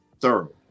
thorough